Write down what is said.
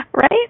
right